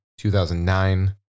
2009